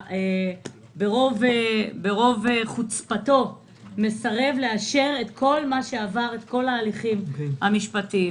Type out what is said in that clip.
ברוב חוצפתו מסרב לאשר את כל מה שעבר את כל ההליכים המשפטיים.